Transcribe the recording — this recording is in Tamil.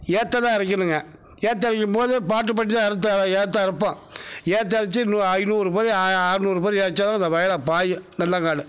ஏற்றந்தான் இறைக்கணுங்க ஏற்றம் இறைக்கும் போது பாட்டு ப் பாடி தான் ஏற்றம் இறைப்போம் ஏற்றம் இறைச்சு நூ ஐநூறு பொதி அறநூறு பொதி இறைச்சா தான் அந்த வயலில் பாயும்